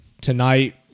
tonight